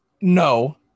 No